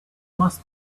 must